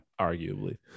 Arguably